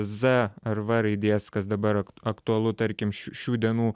z ar v raidės kas dabar aktualu tarkim š šių dienų